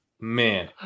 man